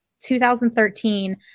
2013